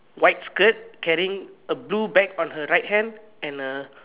white skirt carrying a blue bag on her right hand and a